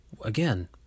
again